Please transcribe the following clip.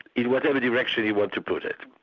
in whatever direction you want to put it.